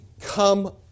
Come